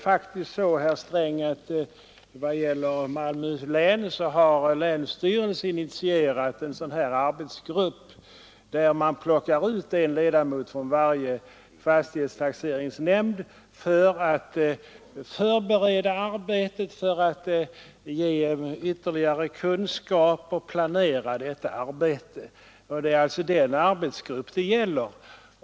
Länsstyrelsen i Malmöhus län har initierat en grupp, till vilken man plockat ut en ledamot från varje fastighetstaxeringsnämnd, för att dessa ledamöter skall inhämta ytterligare kunskaper och för att förbereda och planera fastighetstaxeringen. Det är alltså denna grupp frågan gäller.